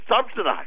subsidized